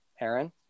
Aaron